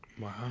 Wow